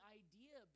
idea